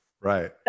Right